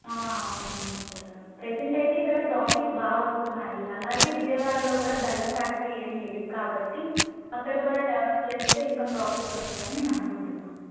అవును మినిస్టరు గారు ప్రెసెంట్ అయితే ఇక్కడ ప్రాఫిట్స్ బాగా వస్తున్నాయి అలాగే విజయవాడలో కూడా బెల్లం ఫ్యాక్టరీ ఏమి లేదు కాబట్టి అక్కడ కూడా డెవలప్ చేస్తే ఇంకా ప్రాఫిట్స్ వస్తాయి అని నేను అనుకుంటున్నాను